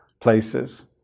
places